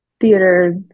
theater